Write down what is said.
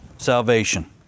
salvation